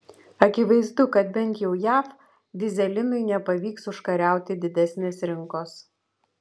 akivaizdu kad bent jau jav dyzelinui nepavyks užkariauti didesnės rinkos